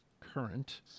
Current